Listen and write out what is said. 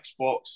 Xbox